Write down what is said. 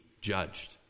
judged